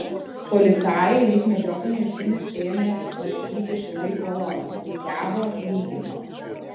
policajai lyg medžiokliniai šunys ėmė lakstyti išilgai kolonos rikiavo lygino